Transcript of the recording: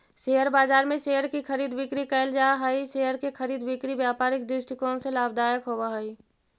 share बाजार में share की खरीद बिक्री कैल जा हइ शेयर के खरीद बिक्री व्यापारिक दृष्टिकोण से लाभदायक होवऽ हइ